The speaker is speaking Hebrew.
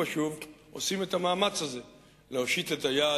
ושוב עושים את המאמץ הזה להושיט את היד,